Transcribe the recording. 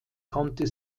konnte